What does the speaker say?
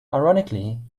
ironically